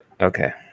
Okay